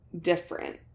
different